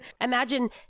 imagine